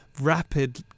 rapid